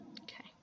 Okay